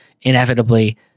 inevitably